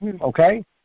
Okay